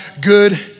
good